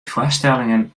foarstellingen